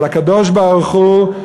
אבל הקדוש-ברוך-הוא,